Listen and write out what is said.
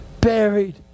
buried